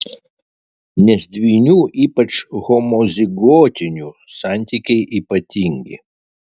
nes dvynių ypač homozigotinių santykiai ypatingi